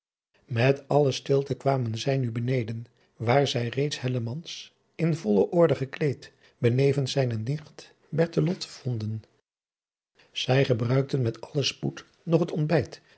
met alle stilte kwamen zij nu beneden waar zij reeds hellemans in volle orde gekleed benevens zijne nicht bertelot vonden zij gebruikten met allen spoed nog het ontbijt